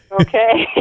Okay